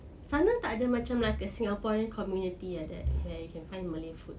sana tak ada macam like a singaporean community like that where you can find malay food